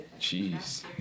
Jeez